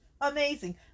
Amazing